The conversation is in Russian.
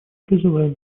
призываем